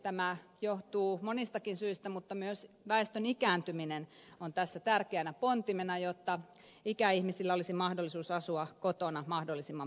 tämä johtuu monistakin syistä mutta myös väestön ikääntyminen on tässä tärkeänä pontimena jotta ikäihmisillä olisi mahdollisuus asua kotona mahdollisimman pitkään